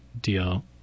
deal